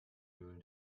mühlen